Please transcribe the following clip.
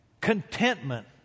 contentment